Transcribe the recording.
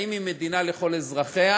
האם היא מדינה לכל אזרחיה